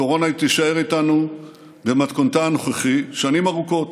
הקורונה תישאר איתנו במתכונתה הנוכחית שנים ארוכות.